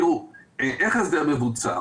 איך ההסדר מבוצע?